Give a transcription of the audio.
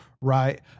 right